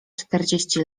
czterdzieści